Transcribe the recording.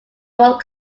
one